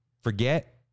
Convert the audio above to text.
forget